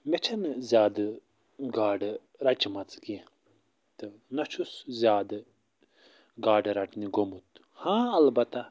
مےٚ چھِنہٕ زیادٕ گاڈٕ رچمَژٕ کیٚنٛہہ تہٕ نَہ چھُس زیادٕ گاڈٕ رَٹنہِ گوٚمُت ہاں البتہ